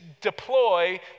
deploy